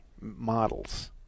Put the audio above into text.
models